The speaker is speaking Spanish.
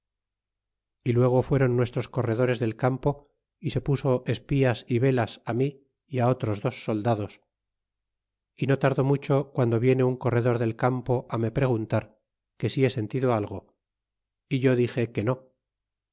y luego fueron nuestros corredores del campo y se puso espías y velas mí y otros dos soldados y no tardó mucho guando viene un corredor del campo me preguntar que si he sentido algo é yo dixe que no